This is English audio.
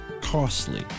costly